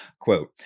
quote